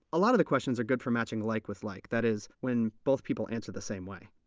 a lot of the questions are good for matching like with like, that is, when both people answer the same way.